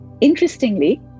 interestingly